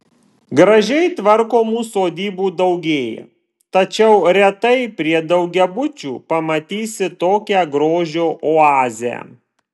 gražiai tvarkomų sodybų daugėja tačiau retai prie daugiabučių pamatysi tokią grožio oazę